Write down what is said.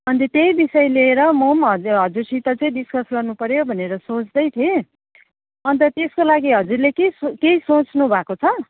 अन्त त्यही विषय लिएर म पनि हजु हजुरसित चाहिँ डिस्कस गर्नुपर्यो भनेर सोच्दै थिएँ अन्त त्यसको लागि हजुरले के सोच केही सोच्नुभएको छ